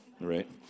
Right